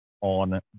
on